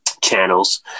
channels